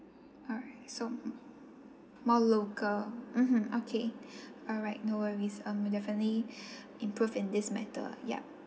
alright so mm more local mmhmm okay all right no worries um we'll definitely improve in this matter yup